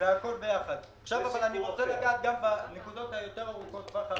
אני רוצה לגעת בנקודות היותר רחוקות טווח.